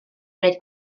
wneud